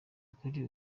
kuri